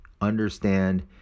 understand